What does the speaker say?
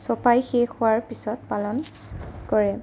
চপাই শেষ হোৱাৰ পিছত পালন কৰে